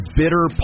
bitter